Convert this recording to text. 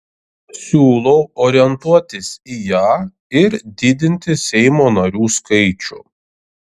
siūlau orientuotis į ją ir didinti seimo narių skaičių